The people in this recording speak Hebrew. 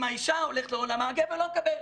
אם האישה הולכת לעולמה, הגבר לא מקבל.